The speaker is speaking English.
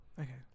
Okay